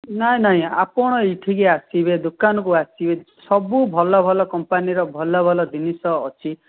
ନାଇଁ ନାଇଁ ଆପଣ ଏଠିକୁ ଆସିବେ ଦୋକାନକୁ ଆସିବେ ସବୁ ଭଲ ଭଲ କମ୍ପାନୀର ଭଲ ଭଲ ଜିନିଷ ଅଛି